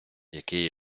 який